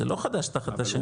זה לא חדש תחת השמש.